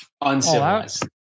Uncivilized